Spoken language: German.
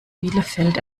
bielefeld